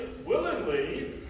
willingly